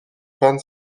pan